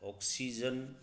oxygen